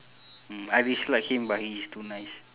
mm I dislike him but he is too nice